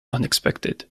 unexpected